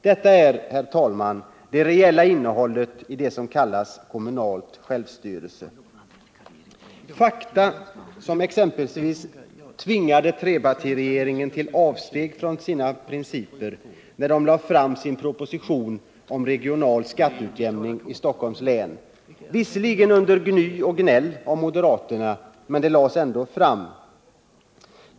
Detta är, herr talman, det reella innehållet i det som kallas kommunalt självstyre. Dessa fakta tvingade trepartiregeringen till avsteg från sina principer när den lade fram sin proposition om regional skatteutjämning i Stockholms län. Det skedde visserligen under gny och gnäll från moderaterna — men ändå.